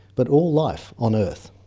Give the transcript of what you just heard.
but all life on earth.